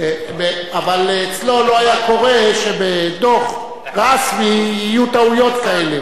אבל אצלו לא היה קורה שבדוח רשמי יהיו טעויות כאלה.